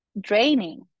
draining